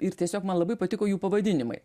ir tiesiog man labai patiko jų pavadinimai